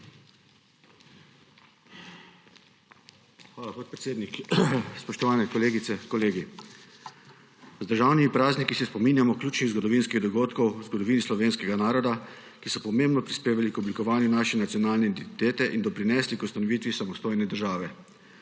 Hvala, podpredsednik. Spoštovane kolegice, kolegi! Z državnimi prazniki se spominjamo ključnih zgodovinskih dogodkov v zgodovini slovenskega naroda, ki so pomembno prispevali k oblikovanju naše nacionalne identitete in doprinesli k ustanovitvi samostojne države.